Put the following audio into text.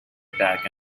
attack